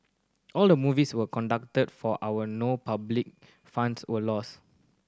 all the movies were conducted for our no public funds were lost